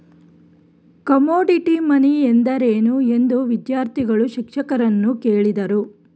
Commodity money ಎಂದರೇನು? ಎಂದು ವಿದ್ಯಾರ್ಥಿಗಳು ಶಿಕ್ಷಕರನ್ನು ಕೇಳಿದರು